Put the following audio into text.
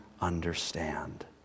understand